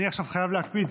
אני חייב עכשיו להקפיד,